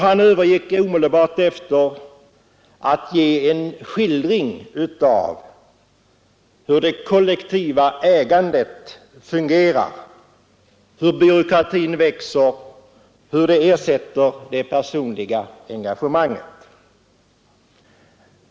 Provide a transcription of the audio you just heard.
Han övergick omedelbart därefter till att ge en skildring av hur det kollektiva ägandet fungerar, hur byråkratin växer och hur det ersätter det personliga engagemanget.